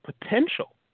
potential